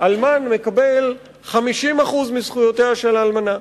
אלמן מקבל 50% מזכויותיה של האלמנה.